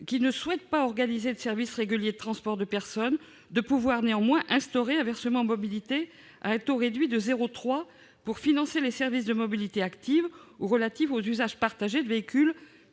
qui ne souhaitent pas organiser de services réguliers de transport de personnes d'instaurer un versement mobilité à taux réduit de 0,3 % pour financer des services de mobilités actives ou relatifs aux usages partagés de véhicules